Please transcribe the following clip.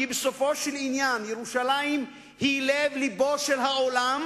כי בסופו של עניין ירושלים היא לב-לבו של העולם